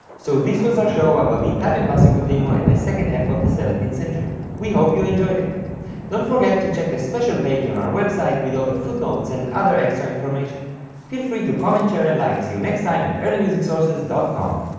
so this was our show about the italian basso continuo at the second half of the seventeenth century we hope you enjoyed it don't forget to check the special page on our website with all the footnotes and other extra information feel free to comment, share, and like. see you next time at earlymusicsource dot com